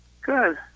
Good